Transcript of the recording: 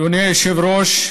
אדוני היושב-ראש,